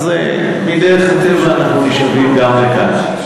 בדרך הטבע אנחנו נשאבים גם לכאן.